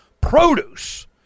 produce